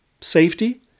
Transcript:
Safety